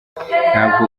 ntabwo